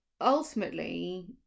Ultimately